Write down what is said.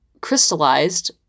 crystallized